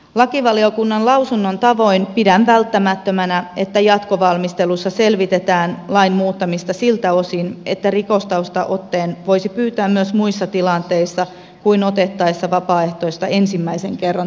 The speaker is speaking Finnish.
lakivaliokunnan lausunnon tavoin pidän välttämättömänä että jatkovalmistelussa selvitetään lain muuttamista siltä osin että rikostaustaotteen voisi pyytää myös muissa tilanteissa kuin otettaessa vapaaehtoista ensimmäisen kerran tehtävään